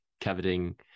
Coveting